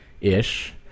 ish